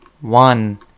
one